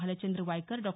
Bhalchand Waikar Dr